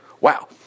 Wow